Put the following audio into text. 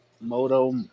Moto